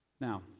Now